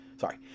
Sorry